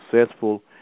successful